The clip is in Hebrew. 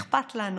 שאכפת לנו.